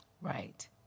Right